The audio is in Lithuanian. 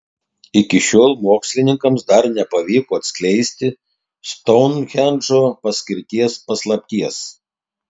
iki šiol mokslininkams dar nepavyko atskleisti stounhendžo paskirties paslapties